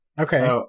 Okay